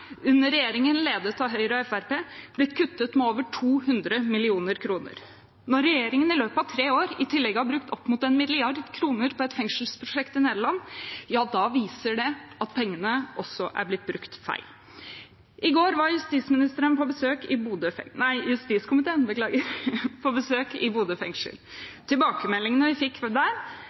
under regjeringen, ledet av Høyre og Fremskrittspartiet, blitt kuttet med over 200 mill. kr. Når regjeringen i løpet av tre år i tillegg har brukt oppimot 1 mrd. kr på et fengselsprosjekt i Nederland, viser det at pengene også er blitt brukt feil. I går var justiskomiteen på besøk i Bodø fengsel. Tilbakemeldingene vi fikk der,